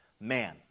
man